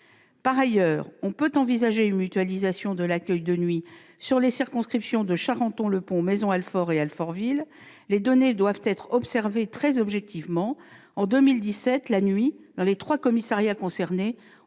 De plus, on peut envisager une mutualisation de l'accueil de nuit sur les circonscriptions de Charenton-le-Pont, Maisons-Alfort et Alfortville. Les données doivent être observées avec la plus grande objectivité. En 2017, la nuit, dans les trois commissariats concernés,